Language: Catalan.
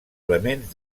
elements